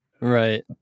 Right